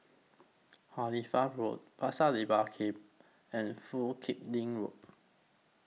Halifax Road Pasir Laba Camp and Foo Kim Lin Road